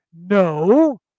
No